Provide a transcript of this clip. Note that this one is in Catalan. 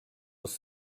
els